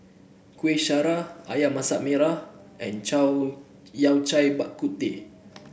Kuih Syara ayam Masak Merah and Yao Cai Bak Kut Teh